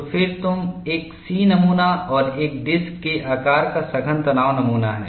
तो फिर तुम एक C नमूना और एक डिस्क के आकार का सघन तनाव नमूना है